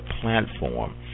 platform